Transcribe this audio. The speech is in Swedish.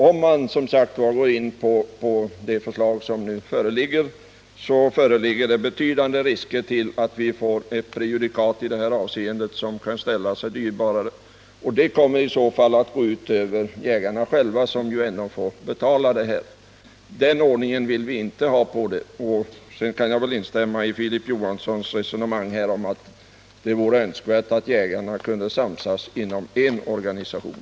Om man bifaller det förslag som nu föreligger innebär detta en betydande risk för att vi får ett prejudikat i det här avseendet som kan ställa sig dyrbart. Detta kommer i så fall att gå ut över jägarna själva, som ändå får betala. En sådan ordning vill vi inte ha. Sedan kan jag också instämma i vad Filip Johansson sade om att det vore önskvärt att jägarna kunde samsas inom en organisation.